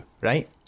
right